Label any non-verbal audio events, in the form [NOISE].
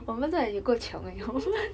[LAUGHS]